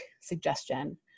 suggestion